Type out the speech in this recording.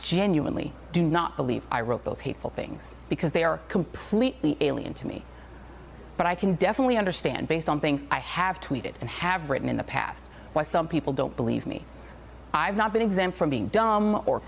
genuinely do not believe i wrote those hateful things because they are completely alien to me but i can definitely understand based on things i have tweeted and have written in the past why some people don't believe me i've not been exempt from being dumb or